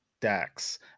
Dax